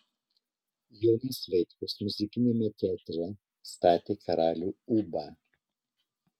jonas vaitkus muzikiniame teatre statė karalių ūbą